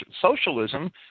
socialism